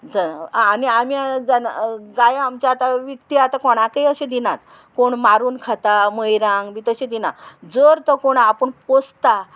आं आनी आमी जन गाय आमचे आतां विकती आतां कोणाकय अशें दिनात कोण मारून खाता मौयरांक बी तशें दिनात जर तो कोण आपूण पोसता